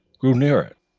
grew near it,